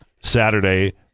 Saturday